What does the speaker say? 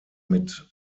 mit